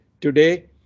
today